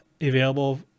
available